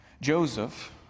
Joseph